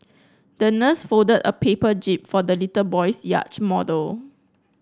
the nurse folded a paper jib for the little boy's yacht model